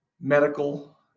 medical